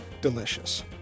Delicious